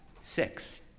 six